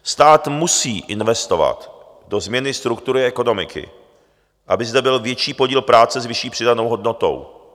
Stát musí investovat do změny struktury ekonomiky, aby zde byl větší podíl práce s vyšší přidanou hodnotou.